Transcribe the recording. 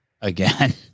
Again